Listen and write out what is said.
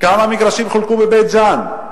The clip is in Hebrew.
כמה מגרשים חולקו בבית-ג'ן?